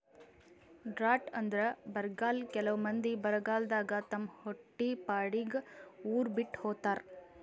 drought ಅಂದ್ರ ಬರ್ಗಾಲ್ ಕೆಲವ್ ಮಂದಿ ಬರಗಾಲದಾಗ್ ತಮ್ ಹೊಟ್ಟಿಪಾಡಿಗ್ ಉರ್ ಬಿಟ್ಟ್ ಹೋತಾರ್